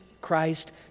Christ